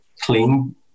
clean